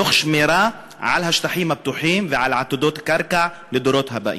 תוך שמירה על השטחים הפתוחים ועל עתודות קרקע לדורות הבאים.